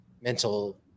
mental